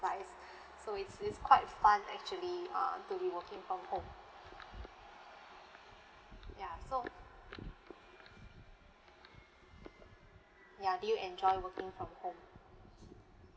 exercise so is is quite fun actually uh to be working from home ya so ya did you enjoy working from home